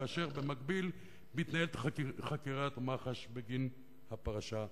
כאשר במקביל מתנהלת חקירת מח"ש בגין הפרשה הנ"ל?